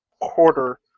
Quarter